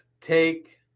take